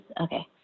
okay